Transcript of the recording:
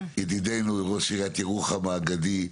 ידידנו ראש עיריית ירוחם האגדי.